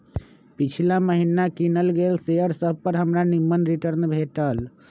पिछिला महिन्ना किनल गेल शेयर सभपर हमरा निम्मन रिटर्न भेटल